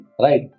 Right